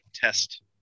test